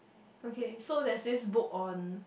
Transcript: okay so there's this book on